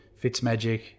Fitzmagic